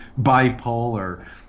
bipolar